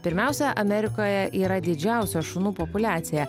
pirmiausia amerikoje yra didžiausia šunų populiacija